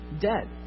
dead